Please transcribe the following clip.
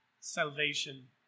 salvation